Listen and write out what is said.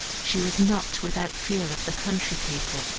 she was not without fear of the country people,